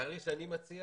התאריך שאני מציע